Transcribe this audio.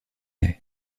nez